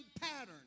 pattern